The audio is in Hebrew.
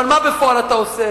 אבל מה בפועל אתה עושה?